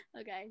Okay